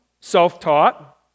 Self-taught